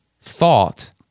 thought